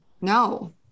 No